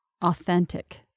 authentic